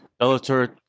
Bellator